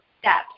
Steps